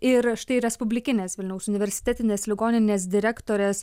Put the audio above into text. ir štai respublikinės vilniaus universitetinės ligoninės direktorės